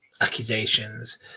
accusations